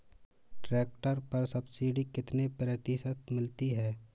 Tractor पर subsidy कितने प्रतिशत मिलती है?